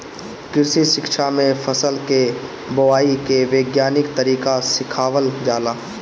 कृषि शिक्षा में फसल के बोआई के वैज्ञानिक तरीका सिखावल जाला